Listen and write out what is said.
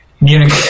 Munich